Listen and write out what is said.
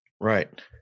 Right